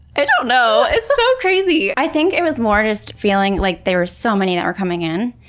i don't know, it's so crazy! i think it was more just feeling like there were so many that were coming in.